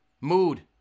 Mood